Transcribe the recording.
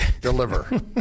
deliver